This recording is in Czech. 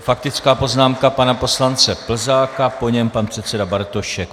Faktická poznámka pana poslance Plzáka, po něm pan předseda Bartošek.